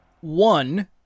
One